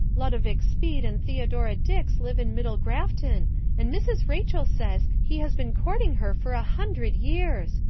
ludovic speed and theodora dix live in middle grafton and mrs. rachel says he has been courting her for a hundred years.